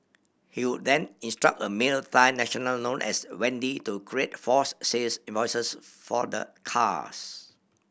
he would then instruct a male Thai national known as Wendy to create false sales invoices for the cars